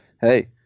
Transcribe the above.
hey